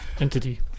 entity